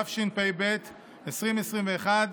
התשפ"ב 2021,